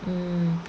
mm